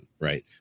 right